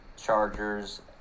Chargers